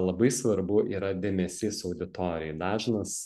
labai svarbu yra dėmesys auditorijai dažnas